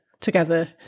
together